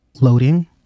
loading